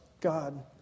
God